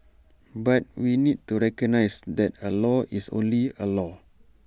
but we need to recognise that A law is only A law